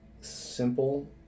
simple